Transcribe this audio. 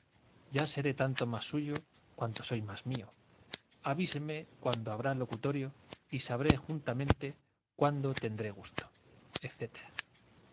ya seré tanto más suyo cuanto soy más mío avíseme cuándo habrá locutorio y sabré juntamente cuándo tendré gusto